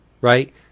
right